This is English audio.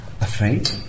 Afraid